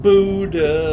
Buddha